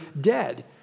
dead